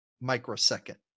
microsecond